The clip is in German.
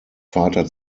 vater